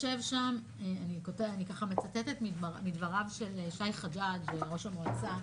אני מצטטת מדבריו של שי חג'ג', ראש המועצה,